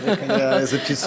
זה פספוס.